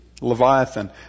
Leviathan